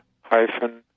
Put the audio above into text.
hyphen